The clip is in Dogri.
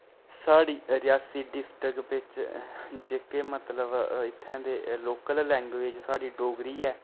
साढ़ी रेयासी डिस्ट्रिक्ट बिच्च जेह्के मतलब इत्थें दे लोकल लैंग्वेज साढ़ी डोगरी ऐ